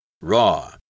Raw